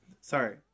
Sorry